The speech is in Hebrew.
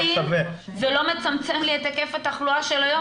עדיין זה לא מצמצם לי את היקף התחלואה של היום,